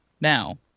now